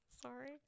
sorry